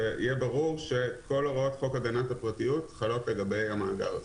כדי שיהיה ברור שכל הוראות חוק הגנת הפרטיות חלות לגבי המאגר הזה.